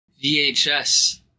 VHS